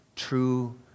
true